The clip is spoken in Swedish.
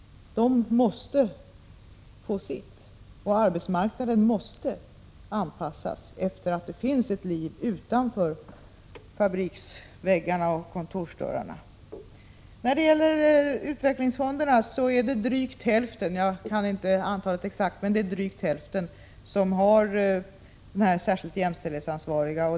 De måste få sitt, och arbetsmarknaden måste anpassas efter att det finns ett liv utanför fabriksväggarna och kontorsdörrarna. När det gäller utvecklingsfonderna är det drygt hälften — jag kan inte antalet exakt — som har särskilt jämställdhetsansvariga.